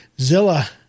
Zilla